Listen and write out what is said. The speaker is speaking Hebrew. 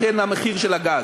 לכן המחיר של הגז.